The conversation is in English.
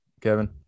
Kevin